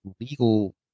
legal